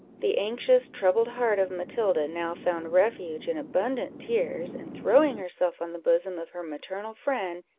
the anxious, troubled heart of matilda now found refuge in abundant tears, and, throwing herself on the bosom of her maternal friend,